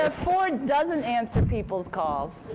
ah ford doesn't answer people's calls,